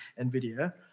NVIDIA